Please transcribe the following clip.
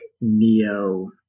neo